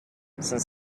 since